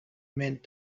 meant